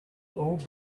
all